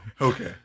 Okay